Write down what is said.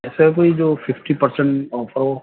ایسا کوئی جو ففٹی پر سنٹ آفر ہو